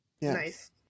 nice